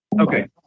Okay